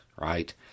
right